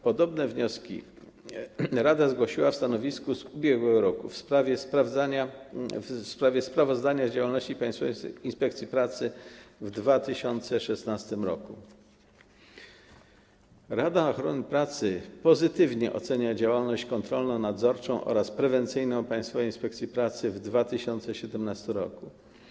Podobne wnioski rada zgłosiła w stanowisku z ubiegłego roku w sprawie sprawozdania z działalności Państwowej Inspekcji Pracy w 2016 r. Rada Ochrony Pracy pozytywnie ocenia działalność kontrolno-nadzorczą oraz prewencyjną Państwowej Inspekcji Pracy w 2017 r.